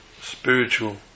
spiritual